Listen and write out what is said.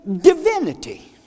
divinity